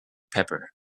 pepper